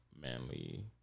manly